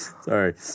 Sorry